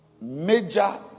major